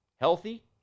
healthy